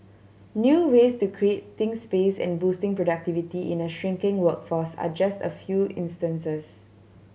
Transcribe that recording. new ways to creating space and boosting productivity in a shrinking workforce are just a few instances